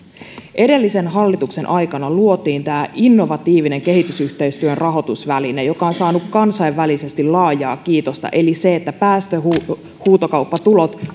edellisen hallituksen aikana luotiin tämä innovatiivinen kehitysyhteistyön rahoitusväline joka on saanut kansainvälisesti laajaa kiitosta eli se että päästöhuutokauppatulot